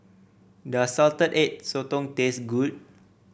does Salted Egg Sotong taste good